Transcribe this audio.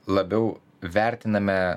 labiau vertiname